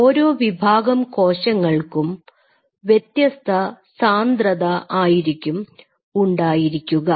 ഓരോ വിഭാഗം കോശങ്ങൾക്കും വ്യത്യസ്ത സാന്ദ്രത ആയിരിക്കും ഉണ്ടായിരിക്കുക